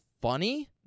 funny